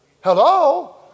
Hello